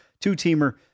two-teamer